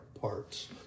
parts